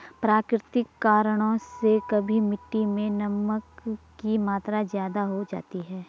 प्राकृतिक कारणों से कभी मिट्टी मैं नमक की मात्रा ज्यादा हो जाती है